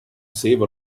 save